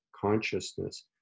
consciousness